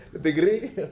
degree